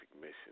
mission